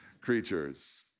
creatures